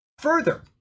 Further